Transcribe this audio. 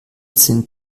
sind